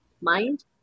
mind